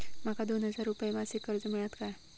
माका दोन हजार रुपये मासिक कर्ज मिळात काय?